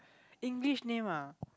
English name ah